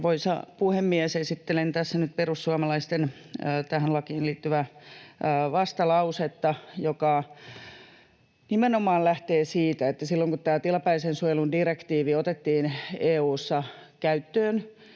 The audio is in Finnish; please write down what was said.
Arvoisa puhemies! Esittelen tässä nyt perussuomalaisten tähän lakiin liittyvää vastalausetta, joka nimenomaan lähtee siitä, että silloin, kun tämä tilapäisen suojelun direktiivi otettiin EU:ssa käyttöön,